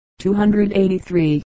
283